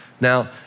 Now